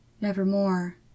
Nevermore